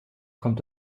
kommt